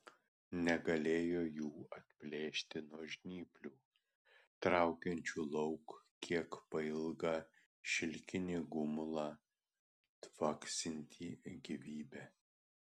negalėjo jų atplėšti nuo žnyplių traukiančių lauk kiek pailgą šilkinį gumulą tvaksintį gyvybe